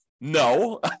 No